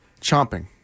Chomping